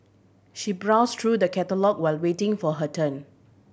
she browsed through the catalogue while waiting for her turn